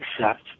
accept